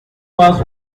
was